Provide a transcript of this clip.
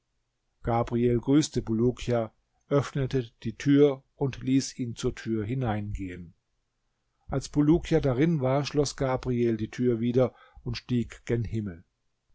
gabriel grüßte bulukia öffnete die tür und hieß ihn zur tür hineingehen als bulukia darin war schloß gabriel die tür wieder und stieg gen himmel